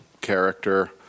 character